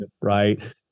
Right